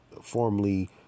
formerly